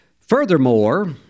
furthermore